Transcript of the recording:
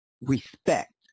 respect